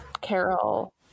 Carol